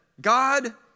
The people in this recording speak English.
God